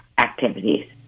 Activities